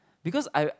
because I